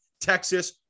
Texas